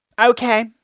Okay